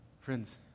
Friends